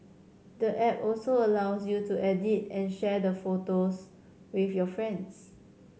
the app also allows you to edit and share the photos with your friends